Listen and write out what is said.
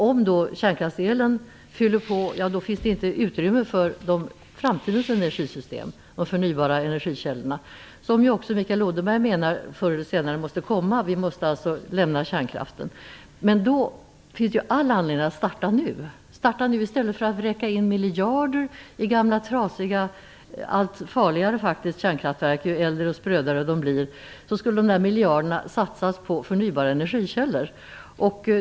Om det fylls på med kärnkraftsel, finns det inte utrymme för framtida energisystem och förnybara energikällor, som även Mikael Odenberg menar att vi förr eller senare måste ha. Vi måste alltså lämna kärnkraften. Det finns all anledning att starta nu i stället för att vräka in miljarder i gamla trasiga allt farligare kärnkraftverk - ju äldre desto sprödare. De miljarderna skulle kunna satsas på förnybara energikällor.